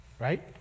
Right